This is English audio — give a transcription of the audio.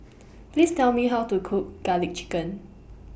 Please Tell Me How to Cook Garlic Chicken